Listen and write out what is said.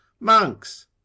monks